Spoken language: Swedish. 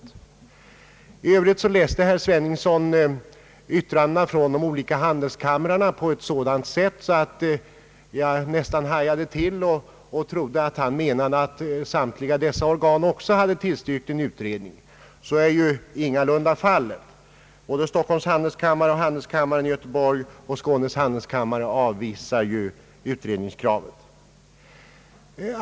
Herr Sveningsson läste upp yttrandena från de olika handelskamrarna på ett sådant sätt att jag nästan hajade till och trodde att han menade att samtliga dessa organ också hade tillstyrkt en utredning. Så är ju ingalunda fallet. Såväl Stockholms handelskammare som handelskammaren i Göteborg och Skånes handelskammare avvisar utredningskravet.